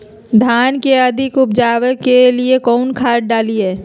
धान के अधिक उपज के लिए कौन खाद डालिय?